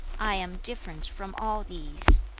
i am different from all these.